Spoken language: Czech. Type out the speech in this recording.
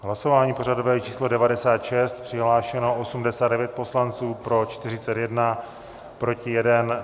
Hlasování pořadové číslo 96, přihlášeno 89 poslanců, pro 41, proti 1.